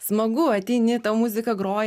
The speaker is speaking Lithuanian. smagu ateini tau muzika groja